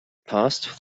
passed